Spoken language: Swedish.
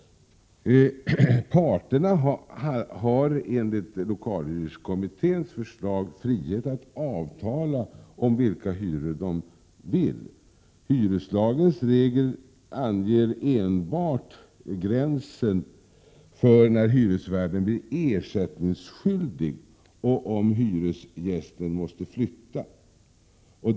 Parterna har enligt lokalhyreskommitténs förslag frihet att avtala om vilka hyror de vill. Hyreslagens regel anger enbart den gräns vid vilken hyresvärden blir ersättningsskyldig och om hyresgästen måste flytta.